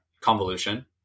convolution